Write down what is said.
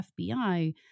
FBI